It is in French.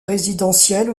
résidentielle